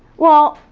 well,